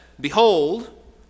Behold